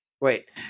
Wait